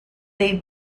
they